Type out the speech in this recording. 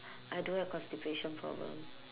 I don't have constipation problem